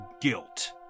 guilt